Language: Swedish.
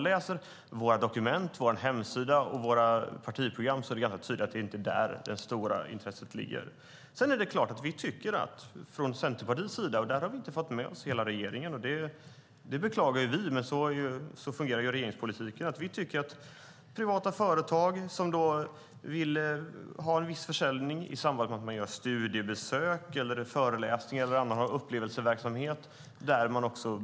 Läser man vårt partiprogram, våra dokument och vår hemsida är det dock tydligt att det stora intresset inte ligger där. Centerpartiet tycker att privata företag som vill ha en viss försäljning av egenproducerad alkohol i samband med studiebesök, föreläsningar eller annan upplevelseverksamhet ska ges möjlighet till det.